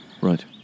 right